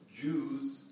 Jews